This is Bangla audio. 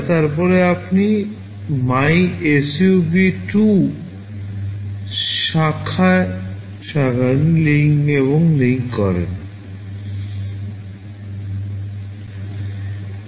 তারপরে আপনি MYSUB2 শাখায় শাখা এবং লিঙ্ক করুন